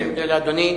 אני מודה לאדוני.